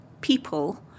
people